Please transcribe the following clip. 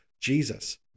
Jesus